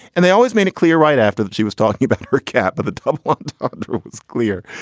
and they always made it clear right after that she was talking about her cap of a tub. what was clear?